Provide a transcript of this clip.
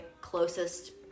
closest